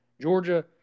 Georgia